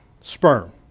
sperm